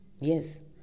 yes